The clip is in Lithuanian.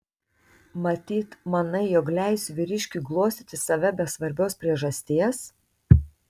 matyt manai jog leisiu vyriškiui glostyti save be svarbios priežasties